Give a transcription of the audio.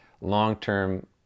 long-term